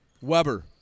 Weber